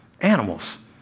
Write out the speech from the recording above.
animals